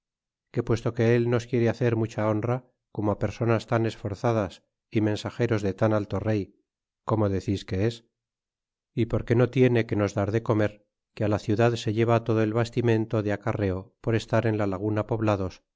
que puesto que el nos quiere hacer mucha honra como personas tan esforzadas y mensageros de tan alto rey como decis que es porque no tiene que nos dar de comer que ja ciudad se lleva todo el bastimento de acarreo por estar en la laguna poblados